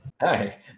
Hi